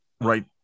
right